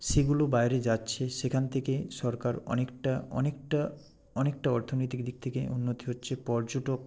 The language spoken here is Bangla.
সেগুলো বাইরে যাচ্ছে সেখান থেকে সরকার অনেকটা অনেকটা অনেকটা অর্থনৈতিক দিক থেকে উন্নতি হচ্ছে পর্যটক